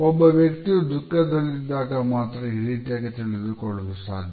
ಒಬ್ಬ ವ್ಯಕ್ತಿಯು ದುಃಖದಲ್ಲಿದ್ದಾಗ ಮಾತ್ರ ಈ ರೀತಿಯಾಗಿ ತಿಳಿದುಕೊಳ್ಳಲು ಸಾಧ್ಯ